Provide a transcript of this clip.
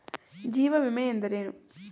ಜೀವ ವಿಮೆ ಎಂದರೇನು?